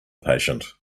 patient